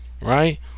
right